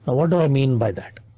what do i mean by that?